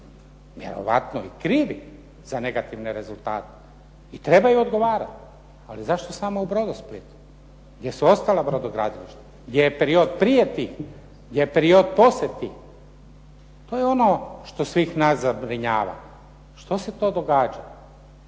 vjerojatno i krivi za negativne rezultate i trebaju odgovarati ali zašto samo u "Brodosplitu". Gdje su ostala brodogradilišta? Gdje je period prije tih? Gdje je period poslije tih? To je ono što svih nas zabrinjava što se to događa,